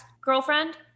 girlfriend